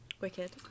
Wicked